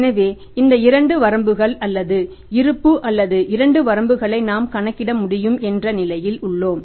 எனவே இந்த 2 வரம்புகள் அல்லது இருப்பு அல்லது 2 வரம்புகளை நாம் கணக்கிட முடியும் என்ற நிலையில் உள்ளோம்